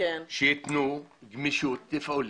שייתנו גמישות תפעולית,